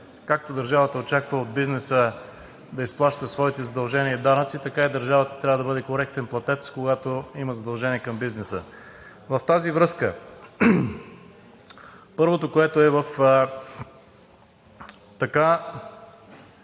Както държавата очаква от бизнеса да изплаща своите задължения и данъци, така и държавата трябва да бъде коректен платец, когато има задължения към бизнеса. Философията на така